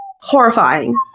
horrifying